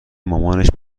مامانش